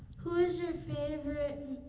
who's your favorite